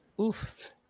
Oof